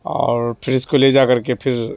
اور پھر اس کو لے جا کر کے پھر